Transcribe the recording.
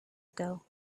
ago